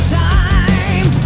time